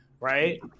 Right